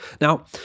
Now